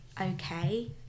okay